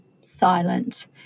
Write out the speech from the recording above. silent